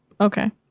Okay